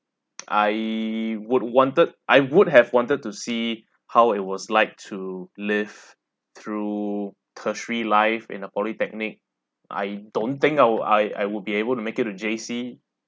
I would wanted I would have wanted to see how it was like to live through tertiary life in a polytechnic I don't think I would I I would be able to make it to J_C